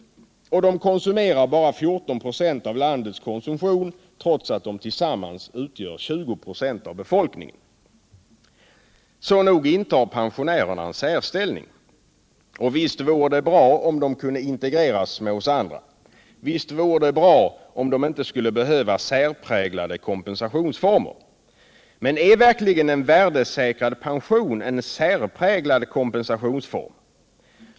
Och de står bara för 14 96 av landets konsumtion, trots att de tillsammans utgör 20 96 av befolkningen. Så nog intar pensionärerna en särställning. Och visst vore det bra om de kunde integreras med oss andra. Visst vore det bra om de inte skulle behöva särpräglade kompensationsformer. Men är verkligen en värdesäkrad pension en särpräglad kompensationsform?